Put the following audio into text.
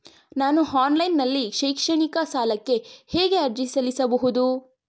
ನಾನು ಆನ್ಲೈನ್ ನಲ್ಲಿ ಶೈಕ್ಷಣಿಕ ಸಾಲಕ್ಕೆ ಹೇಗೆ ಅರ್ಜಿ ಸಲ್ಲಿಸಬಹುದು?